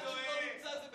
אתה טועה.